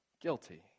guilty